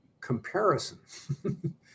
comparison